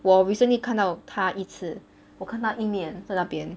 我 recently 看到它一次我看那一面在那边